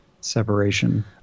separation